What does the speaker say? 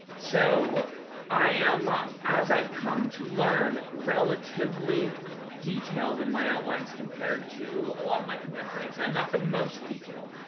so but i am, as i've come to learn, relatively detailed in my outlines compared to a lot of my contemporaries. i'm not the most detailed.